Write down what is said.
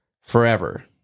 forever